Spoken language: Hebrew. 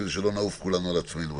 כדי שלא נעוף כולנו על עצמנו בסוף.